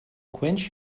quench